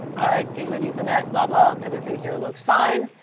all right, gigabit, ethernet, blah, blah, everything here looks fine,